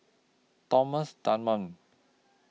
Thomas Dunman